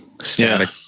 static